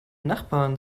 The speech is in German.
nachbarn